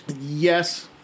yes